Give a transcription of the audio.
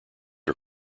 are